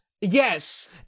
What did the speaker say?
Yes